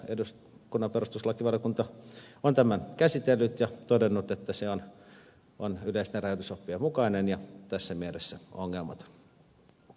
eduskunnan perustuslakivaliokunta on tämän käsitellyt ja todennut että se on yleisten rajoitusoppien mukainen ja tässä mielessä ongelmaton